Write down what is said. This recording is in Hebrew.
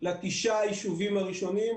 לתשעה היישובים הראשונים,